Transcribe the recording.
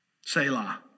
Selah